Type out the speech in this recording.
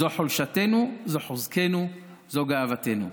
זו חולשתנו, זה חוזקנו, זו גאוותנו.